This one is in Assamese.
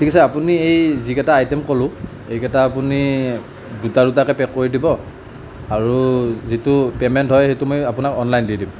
ঠিক আছে আপুনি এই যিকেইটা আইটেম ক'লো এইকেইটা আপুনি দুটা দুটাকৈ পেক কৰি দিব আৰু যিটো পেমেণ্ট হয় সেইটো মই আপোনাক অনলাইন দি দিম